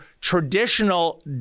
traditional